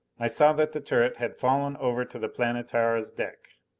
i saw that the turret had fallen over to the planetara's deck.